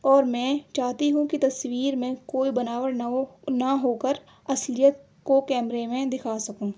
اور میں چاہتی ہوں کہ تصویر میں کوئی بناوٹ نہ ہو نہ ہو کر اصلیت کو کیمرے میں دکھا سکوں